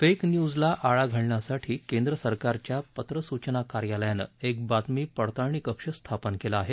fake न्यूजला आळा घालण्यासाठी केंद्रसरकारच्या पत्रसूचना कार्यालयानं एक बातमी पडताळणी कक्ष स्थापन केला आहे